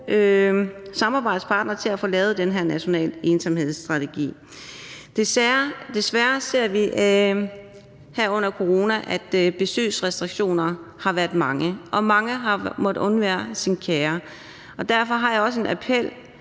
samarbejdspartnere i forhold til at få lavet den her nationale ensomhedsstrategi. Desværre ser vi her under corona, at besøgsrestriktionerne har været mange, og at mange har måttet undvære deres kære. Derfor har jeg også en appel